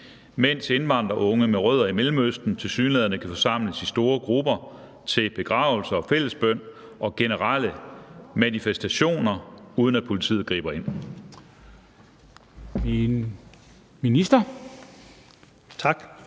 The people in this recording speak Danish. mens indvandrerunge med rødder i Mellemøsten tilsyneladende kan forsamles i store grupper til begravelser og fællesbøn og generelle manifestationer, uden at politiet griber ind?